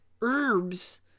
herbs